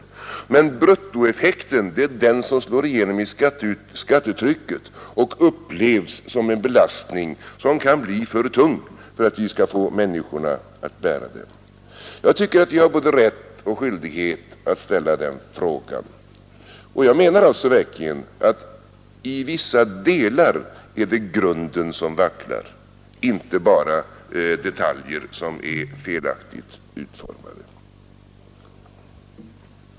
Men bruttoeffekten slår igenom i skattetrycket och upplevs som en belastning som kan bli för stor för att vi skall få människorna att tåla den. Jag tycker att vi har både rätt och skyldighet att ställa den fråga jag nyss ställde, och jag menar verkligen att det i vissa delar är grunden som vacklar, inte bara detaljer som är felaktigt utformade.